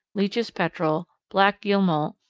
leach's petrel, black guillemot,